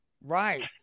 Right